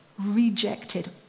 rejected